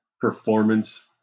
performance